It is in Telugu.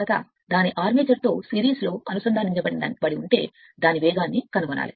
10 Ω నిరోధకత దాని ఆర్మేచర్తో సిరీస్లో అనుసంధానించబడి ఉంటే అది చేసే వేగాన్ని వాస్తవానికి కనుగొనాలి